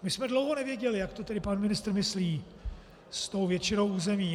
My jsme dlouho nevěděli, jak to pan ministr myslí s tou většinou území.